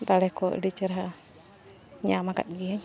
ᱫᱟᱲᱮ ᱠᱚ ᱟᱹᱰᱤ ᱪᱮᱨᱦᱟ ᱧᱟᱢ ᱟᱠᱟᱫ ᱜᱤᱭᱟᱹᱧ